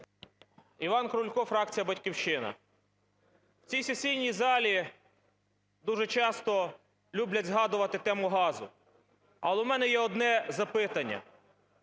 Іван Крулько, фракція "Батьківщина". В цій сесійній залі дуже часто люблять згадувати тему газу. Але в мене є одне запитання.